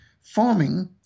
farming